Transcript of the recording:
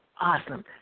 Awesome